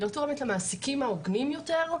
היא לא תורמת למעסיקים ההוגנים יותר,